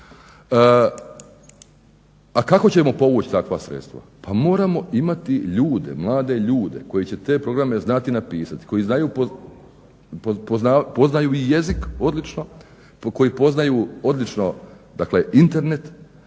A kako ćemo povući takva sredstava, pa moramo imati ljude, mlade ljude koji će te programe znati napisati, koji znaju, poznaju i jezik odlično, koji poznaju odlično Internet,